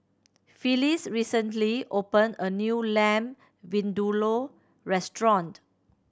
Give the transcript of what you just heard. Phylis recently opened a new Lamb Vindaloo restaurant